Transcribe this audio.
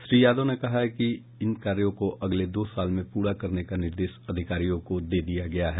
श्री यादव ने कहा कि इन कार्यों को अगले दो साल में पूरा करने का निर्देश अधिकारियों को दिया गया है